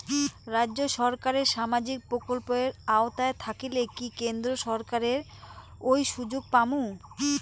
রাজ্য সরকারের সামাজিক প্রকল্পের আওতায় থাকিলে কি কেন্দ্র সরকারের ওই সুযোগ পামু?